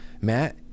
Matt